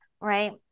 Right